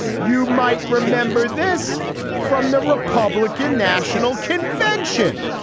you might remember this from the republican national convention